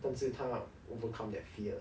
但是他 overcome that fear